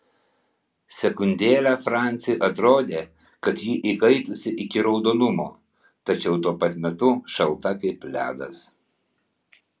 sekundėlę franciui atrodė kad ji įkaitusi iki raudonumo tačiau tuo pat metu šalta kaip ledas